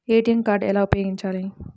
ATM card ఎలా ఉపయోగించాలి?